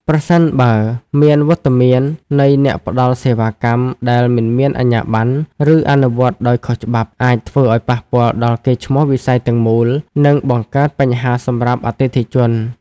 ប្រសិនបើ មានវត្តមាននៃអ្នកផ្តល់សេវាកម្មដែលមិនមានអាជ្ញាប័ណ្ណ ឬអនុវត្តដោយខុសច្បាប់ អាចធ្វើឱ្យប៉ះពាល់ដល់កេរ្តិ៍ឈ្មោះវិស័យទាំងមូល និងបង្កើតបញ្ហាសម្រាប់អតិថិជន។